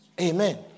Amen